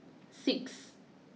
six